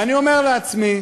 אני אומר לעצמי,